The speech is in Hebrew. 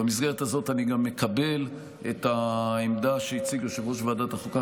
במסגרת הזאת אני גם מקבל את העמדה שהציג יושב-ראש ועדת החוקה,